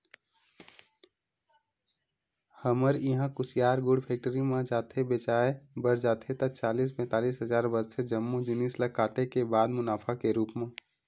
हमर इहां कुसियार गुड़ फेक्टरी म जाथे बेंचाय बर जाथे ता चालीस पैतालिस हजार बचथे जम्मो जिनिस ल काटे के बाद मुनाफा के रुप म